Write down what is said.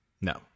No